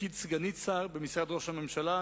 בתפקיד סגנית שר במשרד ראש הממשלה,